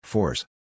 Force